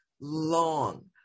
long